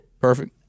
Perfect